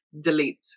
delete